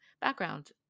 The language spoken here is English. background